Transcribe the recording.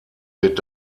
wird